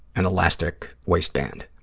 an elastic waistband.